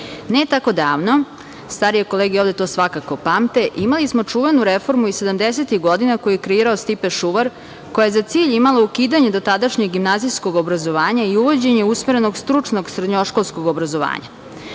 Ne tako davno, starije kolege ovde to svakako pamte, imali smo čuvenu reformu iz sedamdesetih godina, koju je kreirao Stipe Šuvar koja je za cilj imala ukidanje dotadašnjeg gimnazijskog obrazovanja i uvođenje usmerenog stručnog srednjoškolskog obrazovanja.